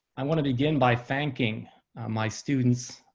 i want to begin by thanking my students,